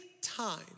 time